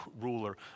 ruler